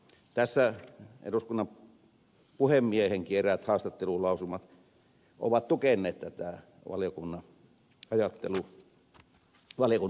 tässä eduskunnan puhemiehenkin eräät haastattelulausumat ovat tukeneet tätä valiokunnan ajattelua ja johtopäätöksiä